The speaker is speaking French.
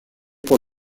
pour